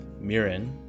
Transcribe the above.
mirin